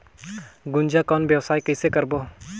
गुनजा कौन व्यवसाय कइसे करबो?